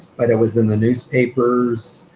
but it was in the newspapers.